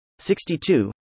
62